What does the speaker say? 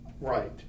right